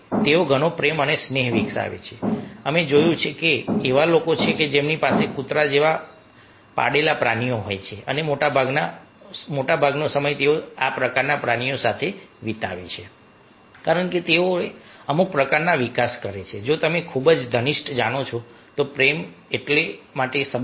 તેઓ ઘણો પ્રેમ અને સ્નેહ વિકસાવે છે અમે જોયું છે કે એવા લોકો છે કે જેમની પાસે કૂતરા જેવા પાળેલા પ્રાણીઓ હોય છે અને મોટાભાગનો સમય તેઓ આ પ્રકારના પ્રાણીઓ સાથે વિતાવે છે કારણ કે તેઓ અમુક પ્રકારના વિકાસ કરે છે જે તમે ખૂબ જ ઘનિષ્ઠ જાણો છો પ્રેમ તેમના માટે સંબંધ